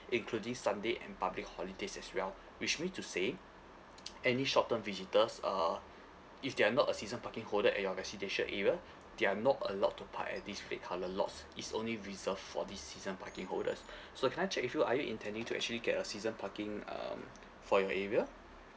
including sunday and public holidays as well which mean to say any short term visitors uh if they are not a season parking holder at your residential area they're not allowed to park at this red colour lots it's only reserved for these season parking holders so can I check with you are you intending to actually get a season parking um for your area